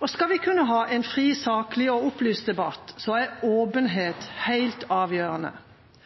Og skal vi kunne ha en fri, saklig og opplyst debatt er åpenhet helt avgjørende.